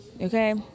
Okay